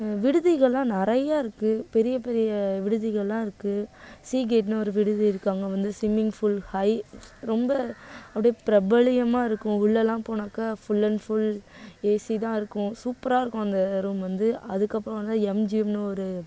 விடுதிகளெல்லாம் நிறையா இருக்குது பெரிய பெரிய விடுதிகளெல்லாம் இருக்குது சீகேட்னு ஒரு விடுதி இருக்குது அங்கே வந்து ஸ்சுமிங் ஃபூல் ஹை ரொம்ப அப்படியே பிரபலயமாக இருக்கும் உள்ளலாம் போனாக்கா ஃபுல் அண்ட் ஃபுல் ஏசி தான் இருக்கும் சூப்பராக இருக்கும் அந்த ரூம் வந்து அதுக்கு அப்புறம் வந்தால் எம்ஜிஎம்னு ஒரு